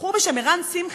בחור בשם ערן שמחי,